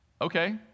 okay